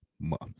Month